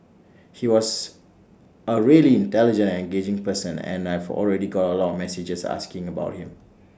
he was A really intelligent and engaging person and I've already got A lot of messages asking about him